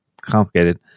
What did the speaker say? complicated